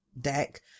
deck